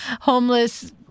homeless